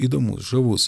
įdomus žavus